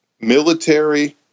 military